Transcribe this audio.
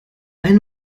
ein